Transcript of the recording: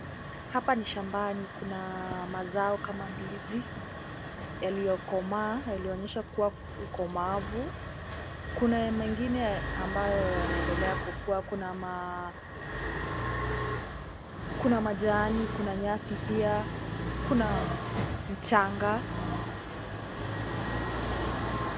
Hapa ni shambani kuna mazao kama ndizi yaliyo komaa yaliyoonyeshwa kuwa komavu kuna mengine ambayo yanaendelea kukua kuna ma kuna majani kuna nyasi pia kuna mchanga.